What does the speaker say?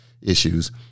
issues